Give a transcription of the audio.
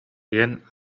диэн